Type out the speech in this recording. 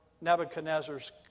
Nebuchadnezzar's